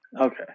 okay